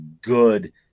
good